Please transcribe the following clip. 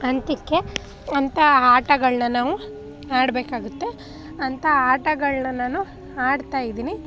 ಹಂತಕ್ಕೆ ಅಂಥ ಆಟಗಳನ್ನ ನಾವು ಆಡಬೇಕಾಗುತ್ತೆ ಅಂಥ ಆಟಗಳನ್ನ ನಾನು ಆಡ್ತಾಯಿದ್ದೀನಿ